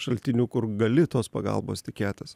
šaltinių kur gali tos pagalbos tikėtis